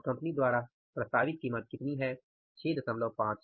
और कंपनी द्वारा प्रस्तावित कीमत कितनी है 75